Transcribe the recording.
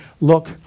look